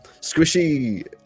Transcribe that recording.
Squishy